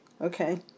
Okay